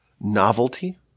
Novelty